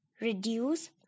reduce